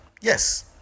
Yes